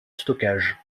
stockage